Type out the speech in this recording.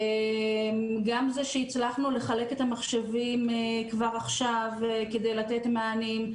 גם זה שהצלחנו לחלק את המחשבים כבר עכשיו כדי לתת מענים.